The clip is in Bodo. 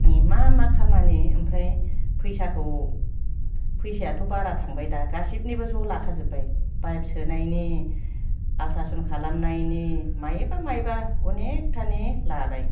मा मा खामानि ओमफ्राय फैसाखौ फैसायाथ' बारा थांबाय दा गासैनिबो ज' लाखाजोबबाय पाइप सोनायनि आल्ट्रासउन्ड खालामनायनि माबा माबि अनेकथानि लाबाय